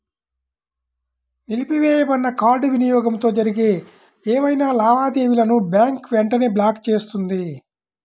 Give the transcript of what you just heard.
నిలిపివేయబడిన కార్డ్ వినియోగంతో జరిగే ఏవైనా లావాదేవీలను బ్యాంక్ వెంటనే బ్లాక్ చేస్తుంది